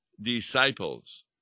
disciples